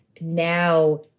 now